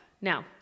Now